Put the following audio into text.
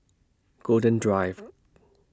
Golden Drive